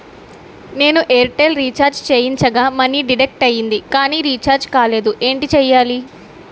నేను Airtel recharge చేయించగా money deduct అయ్యింది కానీ రీఛార్జ్ కాలేదు ఏంటి చేయాలి?